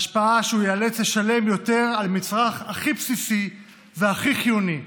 ההשפעה היא שהוא ייאלץ לשלם יותר על מצרך הכי בסיסי והכי חיוני,